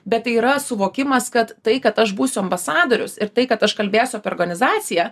bet tai yra suvokimas kad tai kad aš būsiu ambasadorius ir tai kad aš kalbėsiu apie organizaciją